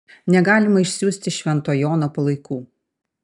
negalima išsiųsti švento jono palaikų